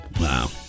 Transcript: Wow